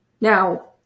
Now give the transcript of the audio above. Now